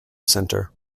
center